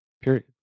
Period